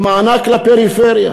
המענק לפריפריה